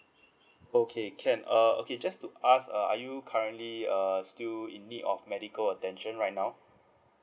okay can err okay just to ask uh are you currently uh still in need of medical attention right now